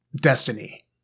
destiny